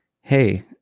hey